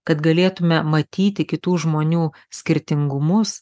kad galėtume matyti kitų žmonių skirtingumus